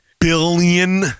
billion